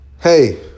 Hey